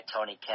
Tony